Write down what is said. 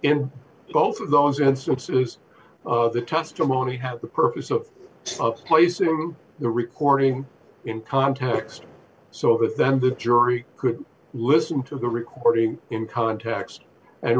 in both of those instances the testimony has the purpose of placing the recording in context so that then the jury could listen to the recording in context and